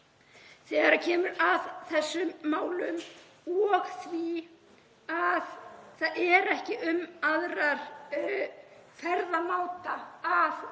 þegar kemur að þessum málum og því að það er ekki um aðra ferðamáta að